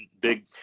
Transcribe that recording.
big